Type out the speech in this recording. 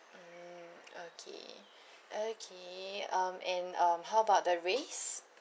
mm okay okay um and um how about the race